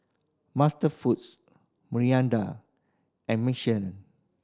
MasterFoods Mirinda and Michelin